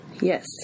yes